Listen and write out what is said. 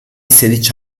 sedici